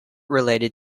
related